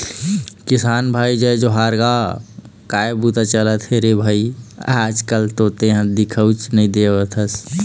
किसान भाई जय जोहार गा काय बूता चलत हे रे भई आज कल तो तेंहा दिखउच नई देवत हस?